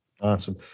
Awesome